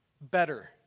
better